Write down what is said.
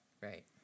Right